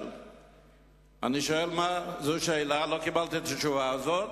שאלה שלא קיבלתי עליה תשובה,